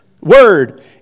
word